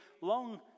long